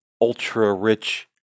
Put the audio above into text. ultra-rich